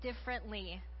differently